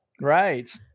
Right